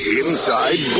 inside